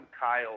Kyle